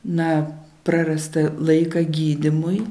na prarastą laiką gydymui